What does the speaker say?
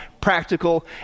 practical